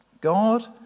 God